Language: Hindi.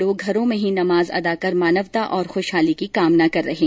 लोग घरों में ही नमाज अदा कर मानवता और खुशहाली की कामना कर रहे हैं